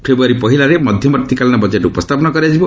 ଫେବୃୟାରୀ ପହିଲାରେ ମଧ୍ୟବର୍ତ୍ତୀକାଳୀନ ବଜେଟ୍ ଉପସ୍ଥାପନ କରାଯିବ